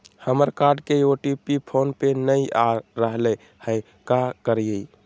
हमर कार्ड के OTP phone पे नई आ रहलई हई, का करयई?